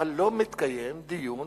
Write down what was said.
אבל לא מתקיים דיון